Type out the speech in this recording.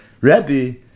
Rebbe